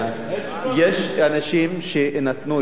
יש אנשים שנתנו יד,